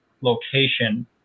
location